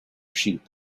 sheep